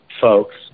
folks